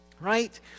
right